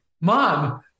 Mom